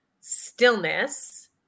stillness